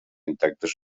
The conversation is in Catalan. intactes